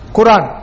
Quran